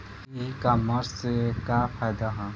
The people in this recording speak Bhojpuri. ई कामर्स से का फायदा ह?